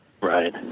Right